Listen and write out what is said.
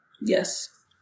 Yes